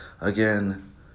again